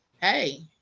Hey